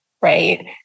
right